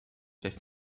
with